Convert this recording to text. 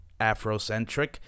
afrocentric